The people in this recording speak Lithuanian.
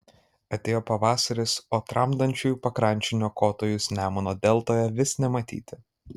atėjo pavasaris o tramdančiųjų pakrančių niokotojus nemuno deltoje vis nematyti